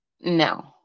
No